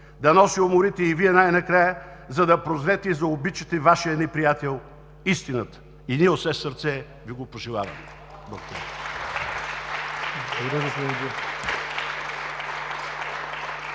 Дано се уморите и Вие най-накрая, за да прозрете и заобичате Вашия неприятел – истината, и ние от все сърце Ви го пожелаваме.“